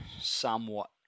somewhat